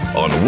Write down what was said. on